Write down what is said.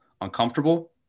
uncomfortable